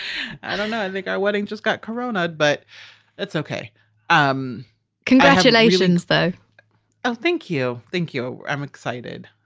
i don't know. i think our wedding just got corona'. but that's ok um congratulations, though ah thank you. thank you. i'm excited.